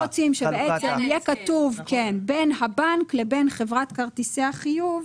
רוצים שיהיה כתוב בין הבנק לבין חברת כרטיסי החיוב,